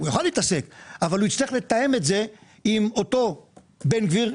הוא יוכל להתעסק אבל הוא יצטרך לתאם את זה עם אותו בן גביר,